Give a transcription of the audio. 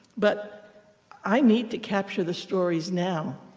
but i need to capture the stories now.